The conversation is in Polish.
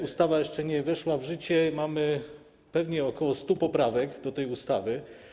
Ustawa jeszcze nie weszła w życie i mamy pewnie ok. 100 poprawek do tej ustawy.